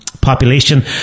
population